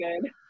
good